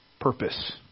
purpose